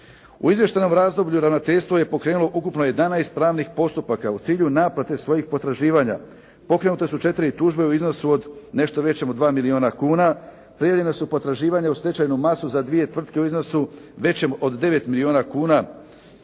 U izvještajnom razdoblju ravnateljstvo je pokrenulo ukupno 11 pravnih postupaka u cilju naplate svojih potraživanja. Pokrenute su četiri tužbe u iznosu nešto većem od 2 milijuna kuna. Predviđena su potraživanja u stečajnu masu za dvije tvrtke u iznosu većem od 9 milijuna kuna.